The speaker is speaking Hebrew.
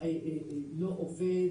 אין עובד